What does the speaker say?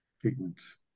treatments